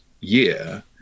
year